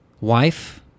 wife